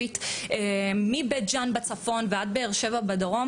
והגאוגרפית מבית ג'אן בצפון ועד באר שבע בדרום,